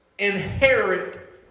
inherit